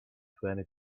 twenty